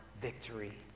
victory